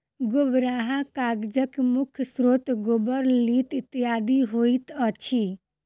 गोबराहा कागजक मुख्य स्रोत गोबर, लीद इत्यादि होइत अछि